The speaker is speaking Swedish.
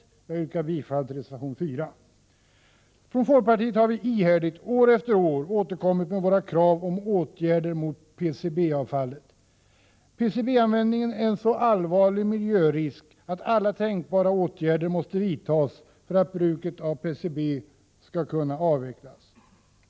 Jag yrkar bifall till reservation 4. Från folkpartiet har vi ihärdigt år efter år återkommit med våra krav på åtgärder mot PCB-avfallet. PCB-användningen är en så allvarlig miljörisk att alla tänkbara åtgärder måste vidtas för att bruket av PCB skall kunna avvecklas.